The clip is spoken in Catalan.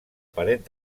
paret